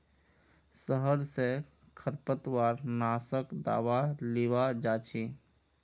शहर स खरपतवार नाशक दावा लीबा जा छि